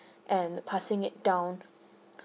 and passing it down